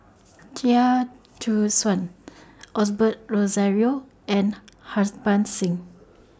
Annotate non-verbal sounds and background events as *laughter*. *noise* Chia Choo Suan Osbert Rozario and Harbans Singh